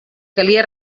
calia